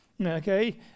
Okay